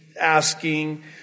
asking